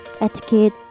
etiquette